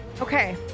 Okay